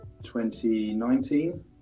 2019